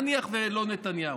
נניח שלא נתניהו.